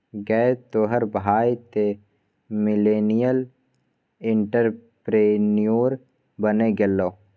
गै तोहर भाय तँ मिलेनियल एंटरप्रेन्योर बनि गेलौ